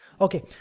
okay